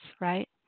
right